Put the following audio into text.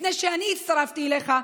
לפני שאני הצטרפתי אליך,